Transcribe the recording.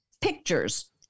Pictures